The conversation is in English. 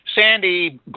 Sandy